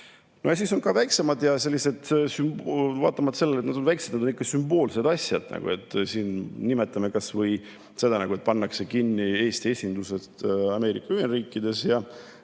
No ja siis on ka väiksemad asjad, mis vaatamata sellele, et nad on väikesed, on ikkagi sümboolsed. Nimetame kas või seda, et pannakse kinni Eesti esindused Ameerika Ühendriikides.